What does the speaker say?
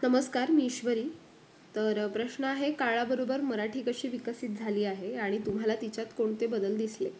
नमस्कार मी ईश्वरी तर प्रश्न आहे काळाबरोबर मराठी कशी विकसित झाली आहे आणि तुम्हाला तिच्यात कोणते बदल दिसले